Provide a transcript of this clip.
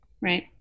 Right